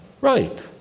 Right